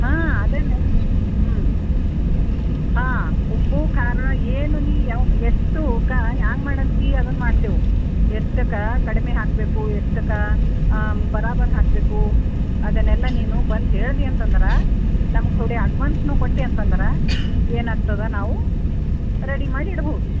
ಹಾಂ ಅದೇ ಹ್ಞೂ ಹಾಂ ಉಪ್ಪು ಖಾರ ಏನು ನೀ ಯಾವ ಎಷ್ಟಕ್ಕ ಹ್ಯಾಂಗೆ ಮಾಡಂತಿ ಅದನ್ನು ಮಾಡ್ತೇವೆ ಎಷ್ಟಕ್ಕ ಕಡಿಮೆ ಹಾಕಬೇಕು ಎಷ್ಟಕ್ಕ ಬರಾಬರ್ ಹಾಕಬೇಕು ಅದನ್ನೆಲ್ಲ ನೀನು ಬಂದು ಹೇಳ್ದೆ ಅಂತ ಅಂದ್ರೆ ನಮಗೆ ಥೋಡಿ ಅಡ್ವಾನ್ಸನ್ನು ಕೊಟ್ಟೆ ಅಂತ ಅಂದ್ರೆ ಏನಾಗ್ತದೆ ನಾವು ರೆಡಿ ಮಾಡಿ ಇಡ್ಬೌದು